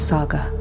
Saga